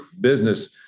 business